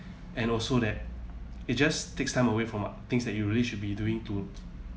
and also that it just takes time away from things that you really should be doing to